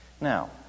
Now